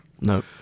No